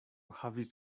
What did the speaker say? havis